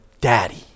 Daddy